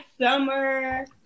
summer